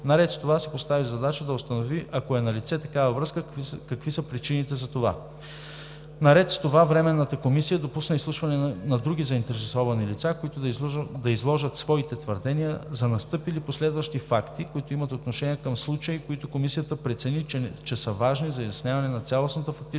Наред с това си постави за задача да установи, ако е налице такава връзка, какви са причините за това. Наред с това Временната комисия допусна изслушване на други заинтересовани лица, които да изложат своите твърдения за настъпили последващи факти, които имат отношение към случая и които Комисията прецени, че са важни за изясняване на цялостната фактическа